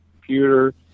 computer